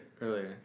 Earlier